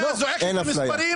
האפליה זועקת במספרים.